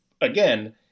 again